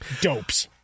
Dopes